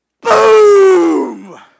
Boom